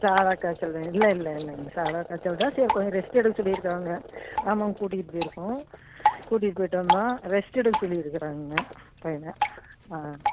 சாதா காய்ச்சல் தான் இல்லை இல்லை இல்லைங்க சாதா காய்ச்சல் தான் சரி கொஞ்சம் ரெஸ்ட் எடுக்க சொல்லிருக்காங்க ஆமாங் கூட்டிக்கிட்டு போயிருக்கோம் கூட்டிக்கிட்டு போயிட்டு வந்தோம் ரெஸ்ட் எடுக்க சொல்லிருக்கிறாங்கங்க பையனை ஆ